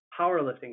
Powerlifting